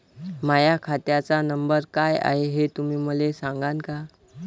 माह्या खात्याचा नंबर काय हाय हे तुम्ही मले सागांन का?